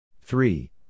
Three